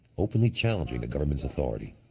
openly challenging the government's authority.